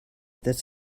that